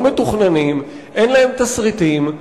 לא מתוכננים,